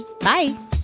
Bye